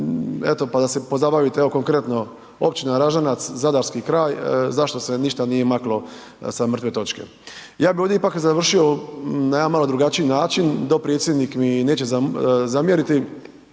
eto pa da se pozabavite evo konkretno, općina Ražanac, zadarski kraj zašto se ništa nije maklo sa mrtve točke. Ja bih ovdje ipak završio na jedan malo drugačiji način, dopredsjednik mi neće zamjeriti